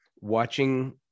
watching